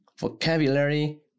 vocabulary